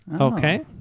Okay